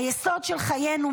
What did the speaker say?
היסוד של חיינו,